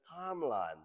timeline